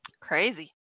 Crazy